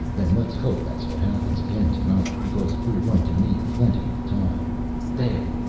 then let's hope that's what happens again tonight, because we are going to need plenty of time there!